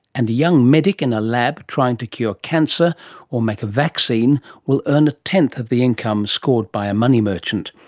and a young medic in a lab trying to cure cancer or make a vaccine will earn a tenth of the income scored by a money merchant.